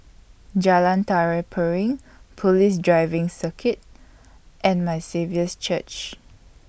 Jalan Tari Piring Police Driving Circuit and My Saviour's Church